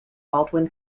baldwin